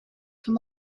come